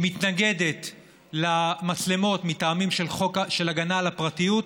היא מתנגדת למצלמות מטעמים של הגנה על הפרטיות,